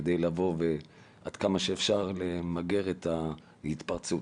כדי לבוא ועד כמה שאפשר למגר את ההתפרצות.